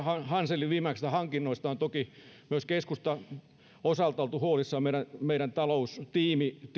hanselin viimeaikaisista hankinnoista on toki myös keskustassa osaltaan oltu huolissaan meidän meidän taloustiimimme